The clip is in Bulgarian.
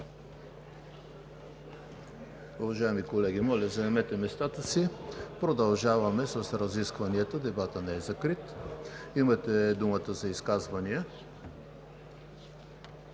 Уважаеми колеги, моля да заемете местата си. Продължаваме с разискванията – дебатът не е закрит. Имате думата за изказвания.